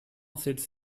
sits